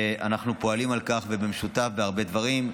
ואנחנו פועלים לכך במשותף בהרבה דברים.